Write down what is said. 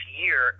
year